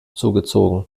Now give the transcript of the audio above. zugezogen